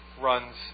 runs